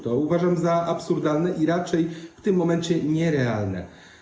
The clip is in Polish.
To uważam za absurdalne i raczej w tym momencie nierealne.